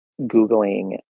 googling